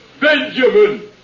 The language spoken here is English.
Benjamin